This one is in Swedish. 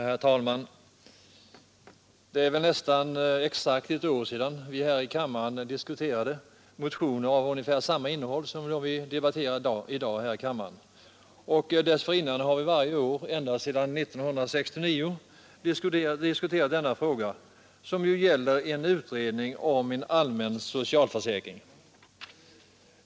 Herr talman! Det är nästan exakt ett år sedan vi här i kammaren diskuterade motioner av ungefär samma innehåll som dem vi i dag debatterar. Dessförinnan hade vi varje år ända sedan 1969 diskuterat denna fråga, som gäller utredning om en allmän socialförsäkring.